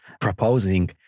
proposing